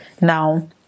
now